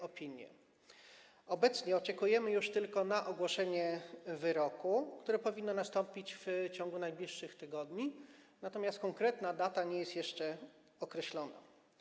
Obecnie oczekujemy już tylko na ogłoszenie wyroku, które powinno nastąpić w ciągu najbliższych tygodni, natomiast konkretna data nie jest jeszcze określona.